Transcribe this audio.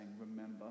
remember